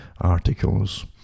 articles